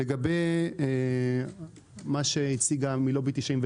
לגבי מה שהציגה נציגת לובי 99,